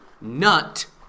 NUT